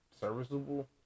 Serviceable